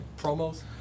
promos